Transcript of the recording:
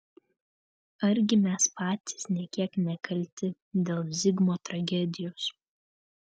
argi mes patys nė kiek nekalti dėl zigmo tragedijos